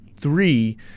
three